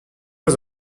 was